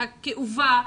והכאובה,